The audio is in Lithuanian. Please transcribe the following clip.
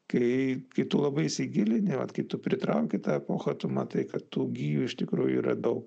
kai kai tu labai įsigilini vat kai tu pritrauki tą epochą tu matai kad tų gijų iš tikro yra daug